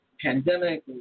pandemic